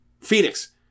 Phoenix